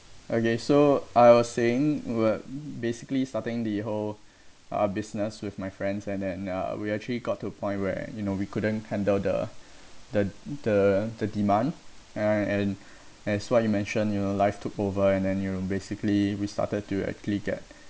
okay so I was saying we're basically starting the whole uh business with my friends and then uh we actually got to a point where you know we couldn't handle the the the the demand uh and as what you mentioned you know life took over and then you're basically we started to actually get